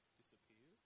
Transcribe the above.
disappear